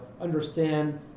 understand